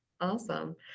awesome